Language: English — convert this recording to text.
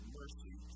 mercy